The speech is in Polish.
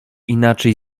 inaczej